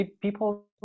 people